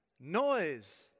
Noise